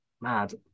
mad